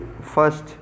first